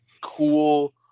cool